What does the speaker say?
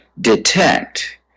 detect